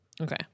Okay